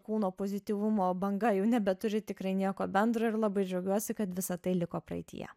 kūno pozityvumo banga jau nebeturi tikrai nieko bendro ir labai džiaugiuosi kad visa tai liko praeityje